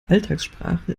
alltagssprache